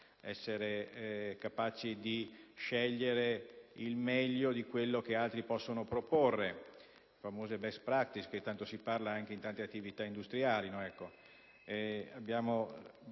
essere capaci di scegliere il meglio di ciò che gli altri possono proporre, ovvero le famose *best practices* di cui tanto si parla anche in tante attività industriali.